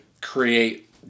create